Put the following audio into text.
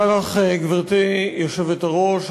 גברתי היושבת-ראש,